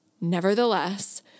Nevertheless